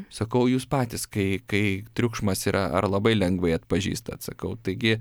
sakau jūs patys kai kai triukšmas yra ar labai lengvai atpažįstat sakau taigi